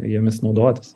jomis naudotis